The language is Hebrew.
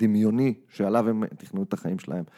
‫דמיוני שעליו הם תכננו את החיים שלהם.